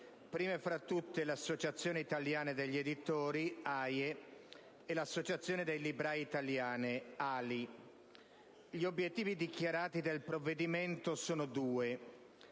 prime fra tutte l'Associazione italiana degli editori e l'Associazione dei librai italiani. Gli obiettivi dichiarati del provvedimento sono due: